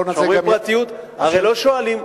כשאומרים "פרטיות" הרי לא שואלים,